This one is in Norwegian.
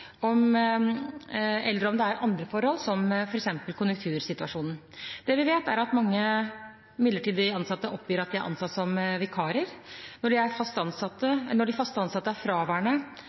andre forhold, som f.eks. konjunktursituasjonen. Det vi vet, er at mange midlertidig ansatte oppgir at de er ansatt som vikarer. Når de faste ansatte er